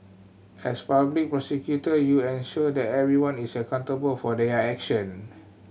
as public prosecutor you ensure that everyone is accountable for their action